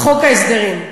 בחוק ההסדרים.